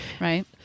right